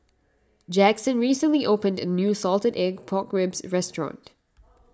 Jaxon recently opened a new Salted Egg Pork Ribs Restaurant